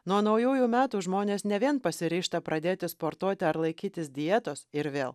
nuo naujųjų metų žmonės ne vien pasiryžta pradėti sportuoti ar laikytis dietos ir vėl